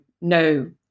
no